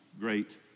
great